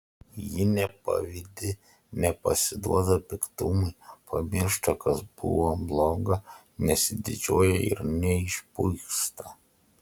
ji nepavydi nepasiduoda piktumui pamiršta kas buvo bloga nesididžiuoja ir neišpuiksta